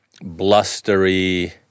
blustery